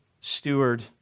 steward